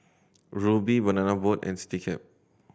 Rubi Banana Boat and Citycab